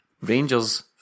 Rangers